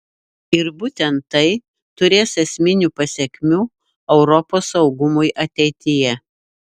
ir būtent tai turės esminių pasekmių europos saugumui ateityje